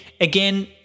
...again